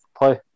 play